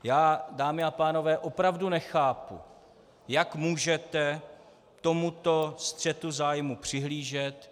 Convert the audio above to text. Já, dámy a pánové, opravdu nechápu, jak můžete tomuto střetu zájmů přihlížet.